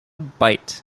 bite